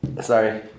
Sorry